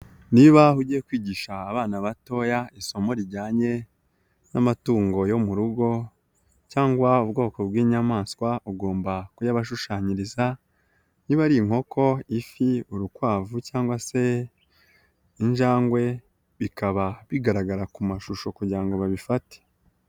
Niba ugiye kwigisha abana batoya isomo rijyane n'amatungo yo murugo cyangwa ubwoko bw'inyamaswa ugomba kuya bashushanyiriza, niba ari inkoko, ifi, urukwavu, cyangwa se injangwe bikaba bigaragara ku mashusho kujyirango babifate.